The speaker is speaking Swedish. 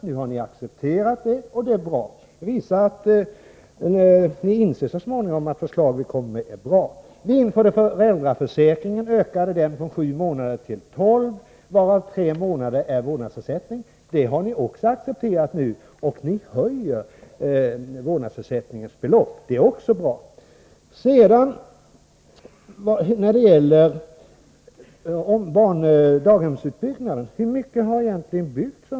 Nu har ni accepterat det, och det är bra; ni inser så småningom att de förslag vi kommer med är bra. Vi utökade föräldraförsäkringen från sju till tolv månader, varav under tre månader utgår vårdnadsersättning. Detta har ni nu också accepterat, och ni höjer beloppet för vårdnadsersättningen.